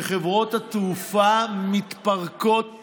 כשחברות התעופה מתפרקות